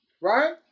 right